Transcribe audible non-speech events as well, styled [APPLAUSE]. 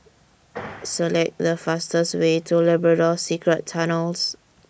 [NOISE] Select The fastest Way to Labrador Secret Tunnels